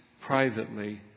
privately